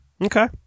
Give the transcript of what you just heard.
Okay